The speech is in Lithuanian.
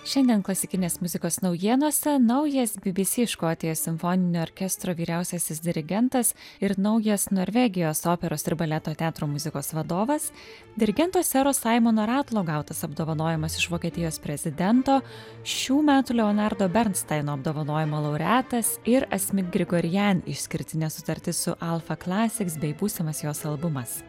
šiandien klasikinės muzikos naujienose naujas bbc škotijos simfoninio orkestro vyriausiasis dirigentas ir naujas norvegijos operos ir baleto teatro muzikos vadovas dirigento sero saimono ratlo gautas apdovanojimas iš vokietijos prezidento šių metų leonardo bernstaino apdovanojimo laureatas ir asmik grigorian išskirtinė sutartis su alfa klasiks bei būsimas jos albumas